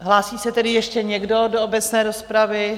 Hlásí se tedy ještě někdo do obecné rozpravy?